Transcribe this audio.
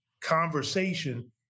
conversation